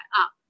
up